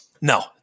No